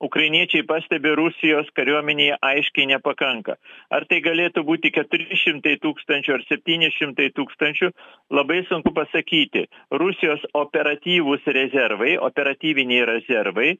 ukrainiečiai pastebi rusijos kariuomenėje aiškiai nepakanka ar tai galėtų būti keturi šimtai tūkstančių ar septyni šimtai tūkstančių labai sunku pasakyti rusijos operatyvūs rezervai operatyviniai razervai